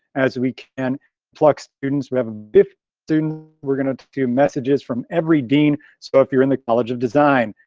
as we can pluck students we have a bit soon we're gonna do messages from every dean. so if you're in the college of design,